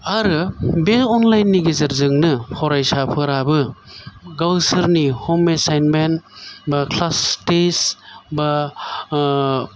आरो बे अनलाइन नि गेजेरजोंनो फरायसाफोराबो गावसोरनि हम एसाइनमेन्त बा क्लास टेस्ट बा